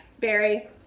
Barry